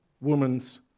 woman's